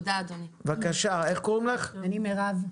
בבקשה מירב.